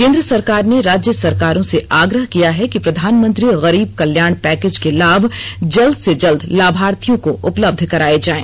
केंद्र सरकार ने राज्य सरकारों से आग्रह किया है कि प्रधानमंत्री गरीब कल्याण पैकेज के लाभ जल्द से जल्द लाभार्थियों को उपलब्ध कराए जाएं